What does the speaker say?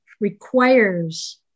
requires